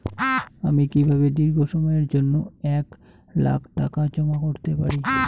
আমি কিভাবে দীর্ঘ সময়ের জন্য এক লাখ টাকা জমা করতে পারি?